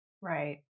Right